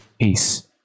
peace